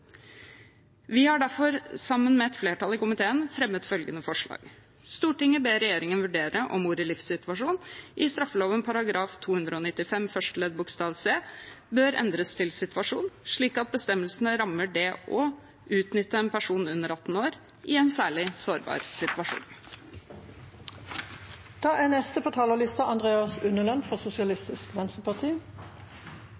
Vi har derfor sammen med et flertall i komiteen fremmet følgende forslag til vedtak: «Stortinget ber regjeringen vurdere om ordet «livssituasjon» i straffeloven § 295 første ledd bokstav c bør endres til «situasjon», slik at bestemmelsen rammer det «å unytte en person under 18 år i en særlig sårbar situasjon». Det er